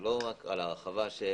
לא רק על ההרחבה.